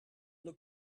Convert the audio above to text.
look